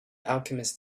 alchemist